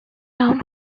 town